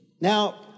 Now